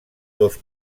dos